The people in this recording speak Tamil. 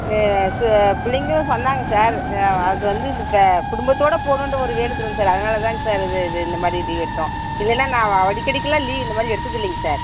சே பிள்ளைங்களும் சொன்னாங்க சார் அது வந்து இந்த க குடும்பத்தோடு போகணுன்ற ஒரு வேண்டுதலுங்க சார் அதனால தாங்க சார் இது இது இந்த மாதிரி இது எடுத்தோம் இல்லைன்னா நாங்கள் அடிக்கு அடிக்கலாம் லீவ் இந்த மாதிரி எடுத்தது இல்லைங்க சார்